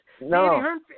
No